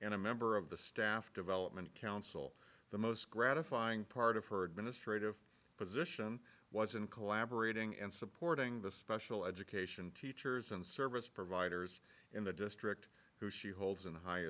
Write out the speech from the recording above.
and a member of the staff development council the most gratifying part of her administrative position was in collaborating and supporting the special education teachers and service providers in the district who she holds in high